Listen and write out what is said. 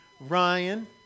Ryan